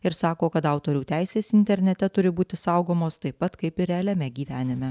ir sako kad autorių teisės internete turi būti saugomos taip pat kaip ir realiame gyvenime